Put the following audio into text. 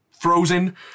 frozen